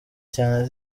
cyane